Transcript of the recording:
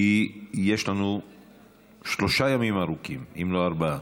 כי יש לנו שלושה ימים ארוכים, אם לא ארבעה.